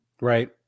Right